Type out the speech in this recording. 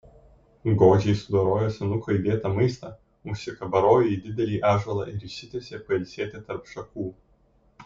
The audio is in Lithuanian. godžiai sudorojo senuko įdėtą maistą užsikabarojo į didelį ąžuolą ir išsitiesė pailsėti tarp šakų